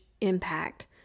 impact